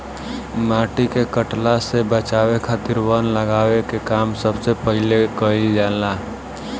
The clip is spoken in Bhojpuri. माटी के कटला से बचावे खातिर वन लगावे के काम सबसे पहिले कईल जाला